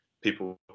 People